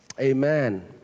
Amen